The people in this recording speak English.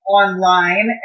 online